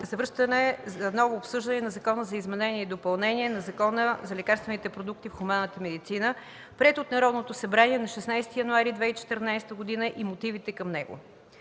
за връщане за ново обсъждане на Закона за изменение и допълнение на Закона за лекарствените продукти в хуманната медицина, приет от Народното събрание на 16 януари 2014 г. и мотивите към него.